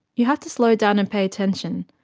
you have to slow down and pay attention,